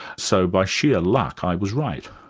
so by sheer luck i was right.